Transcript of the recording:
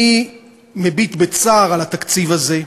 אני מביט בצער על התקציב הזה,